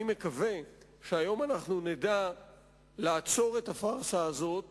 אני מקווה שהיום אנחנו נדע לעצור את הפארסה הזאת